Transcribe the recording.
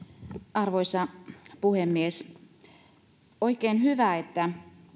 arvoisa puhemies oikein hyvä että